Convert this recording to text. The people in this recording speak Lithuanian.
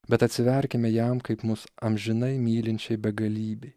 bet atsiverkime jam kaip mus amžinai mylinčiai begalybei